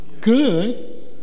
good